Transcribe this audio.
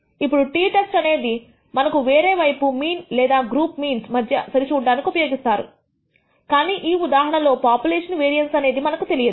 ఇప్పుడు t test అనేది మనకు వేరే వైపు మీన్ లేదా గ్రూప్ మీన్స్ మధ్య సరి చూడటానికి ఉపయోగిస్తారు కానీ ఈ ఉదాహరణలో పాపులేషన్ వేరియన్స్ అనేది మనకు తెలియదు